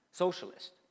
Socialist